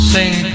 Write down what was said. Sing